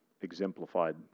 exemplified